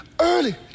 early